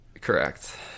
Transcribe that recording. correct